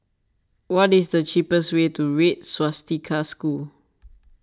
what is the cheapest way to Red Swastika School